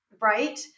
Right